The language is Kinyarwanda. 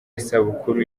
isabukuru